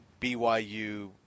BYU